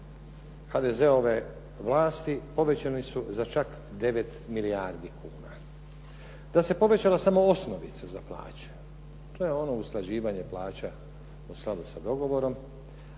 HDZ-ove vlasti povećane su za čak 9 milijardi kuna. da se povećala samo osnovica za plaće, to je ono usklađivanje plaća u … sa dogovorom,